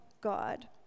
God